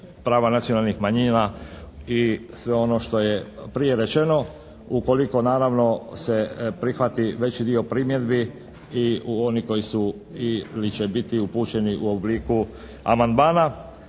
prava nacionalnih manjina i sve ono što je prije rečeno ukoliko naravno se prihvati veći dio primjedbi i oni koji su ili će biti upućeni u obliku amandmana,